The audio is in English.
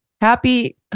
happy